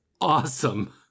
awesome